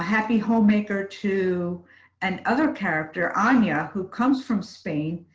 happy homemaker to an other character anya, who comes from spain,